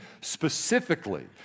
specifically